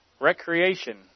recreation